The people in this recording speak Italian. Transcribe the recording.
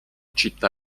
città